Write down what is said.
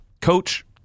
Coach